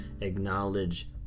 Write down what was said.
acknowledge